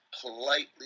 politely